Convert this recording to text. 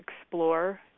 explore